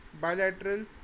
bilateral